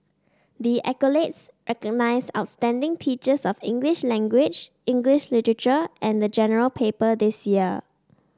the accolades recognise outstanding teachers of English language English literature and the General Paper this year